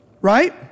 Right